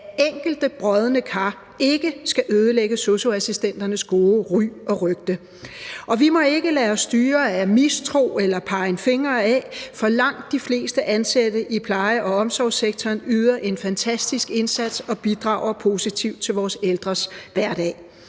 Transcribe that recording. at enkelte brodne kar ikke skal ødelægge sosu-assistenternes gode ry og rygte. Vi må ikke lade os styre af mistro eller en pegen fingre, for langt de fleste ansatte i pleje- og omsorgssektoren yder en fantastisk indsats og bidrager positivt til vores ældres hverdag.